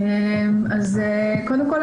קודם כל,